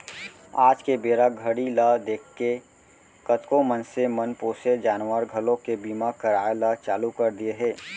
आज के बेरा घड़ी ल देखके कतको मनसे मन पोसे जानवर घलोक के बीमा कराय ल चालू कर दिये हें